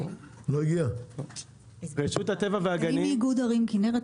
אני מאיגוד ערים כנרת,